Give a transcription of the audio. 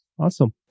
Awesome